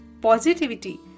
positivity